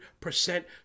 percent